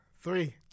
three